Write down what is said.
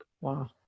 Wow